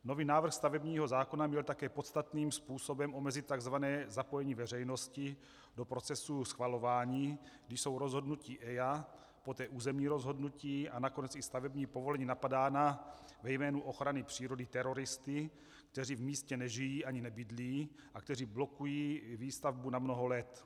Nový návrh stavebního zákona měl také podstatným způsobem omezit tzv. zapojení veřejnosti do procesu schvalování, když jsou rozhodnutí EIA, poté územní rozhodnutí a nakonec i stavební povolení napadána ve jménu ochrany přírody teroristy, kteří v místě nežijí ani nebydlí a kteří blokují výstavbu na mnoho let.